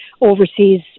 overseas